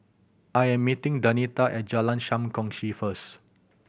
I am meeting Denita at Jalan Sam Kongsi first